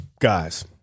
guys